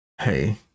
Hey